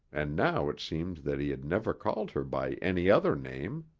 and now it seemed that he had never called her by any other name.